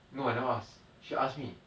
no I never ask she ask me